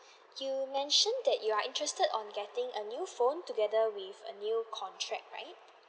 you mentioned that you are interested on getting a new phone together with a new contract right